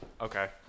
Okay